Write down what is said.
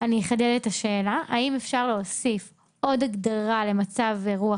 אני אחדד את השאלה האם אפשר להוסיף עוד הגדרה למצב אירוע